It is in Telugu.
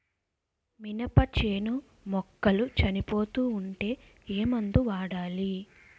మినప చేను మొక్కలు చనిపోతూ ఉంటే ఏమందు వాడాలి?